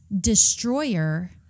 destroyer